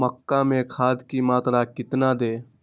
मक्का में खाद की मात्रा कितना दे?